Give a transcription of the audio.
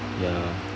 ya